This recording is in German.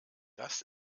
das